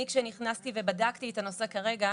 כשנכנסתי ובדקתי את הנושא כרגע,